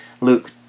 Luke